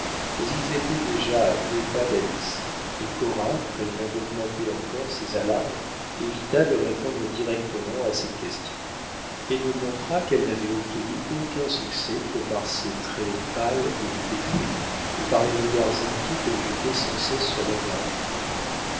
mais ils étaient déjà à deux pas d'alice et cora craignant d'augmenter encore ses alarmes évita de répondre directement à cette question et ne montra qu'elle n'avait obtenu aucun succès que par ses traits pâles et défaits et par les regards inquiets qu'elle jetait sans cesse sur leurs gardiens